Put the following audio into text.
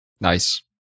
Nice